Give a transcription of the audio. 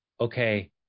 okay